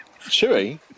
Chewy